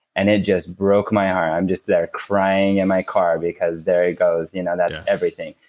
and it just broke my heart. i'm just there crying at my car, because there it goes. you know that's everything.